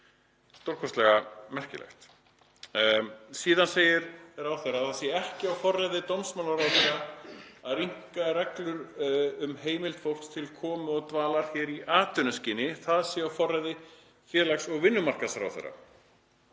stórkostlega merkilegt. Síðan segir ráðherra að það sé ekki á forræði dómsmálaráðherra að rýmka reglur um heimild fólks til komu og dvalar í atvinnuskyni, það sé á forræði félags- og vinnumarkaðsráðherra.